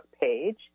page